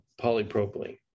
polypropylene